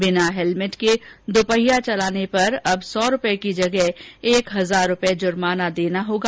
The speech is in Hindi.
बिना हेलमेट के दुपहिया चलाने पर अब सौ रूपये की जगह एक हजार रुपये जुर्माना देना होगा